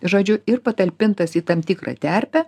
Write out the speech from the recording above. žodžiu ir patalpintas į tam tikrą terpę